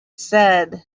said